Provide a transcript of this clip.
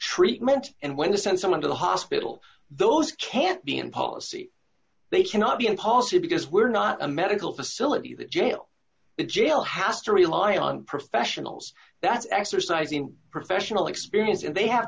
treatment and when to send someone to the hospital those can't be in policy they cannot be in policy because we're not a medical facility the jail jail has to rely on professionals that's exercising professional experience and they have